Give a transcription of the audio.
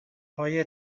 های